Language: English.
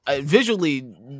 Visually